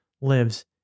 lives